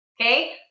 okay